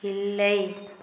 இல்லை